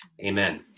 Amen